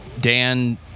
Dan